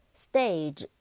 stage